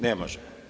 Ne može.